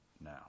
now